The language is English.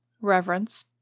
reverence